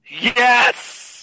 Yes